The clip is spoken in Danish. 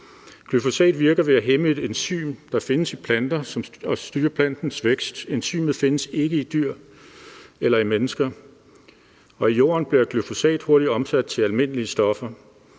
Glyfosat virker ved at hæmme et enzym, der findes i planter og styrker plantens vækst. Enzymet findes ikke i dyr eller i mennesker. Og i jorden bliver glyfosat hurtigt omsat til almindelige stoffer.